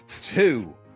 two